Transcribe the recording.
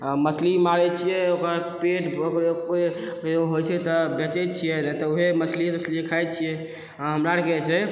मछली मारै छिए ओकर बाद पेट होइ छै तऽ बेचै छिए तऽ वएह मछलिए तछलिए खाइ छिए आओर हमरा आओरके छै